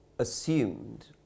Assumed